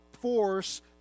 force